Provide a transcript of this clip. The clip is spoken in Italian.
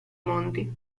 monti